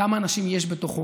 כמה אנשים יש בתוכו,